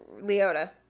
Leota